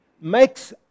makes